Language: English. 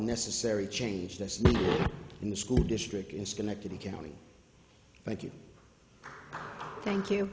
necessary change that's not in the school district in schenectady county thank you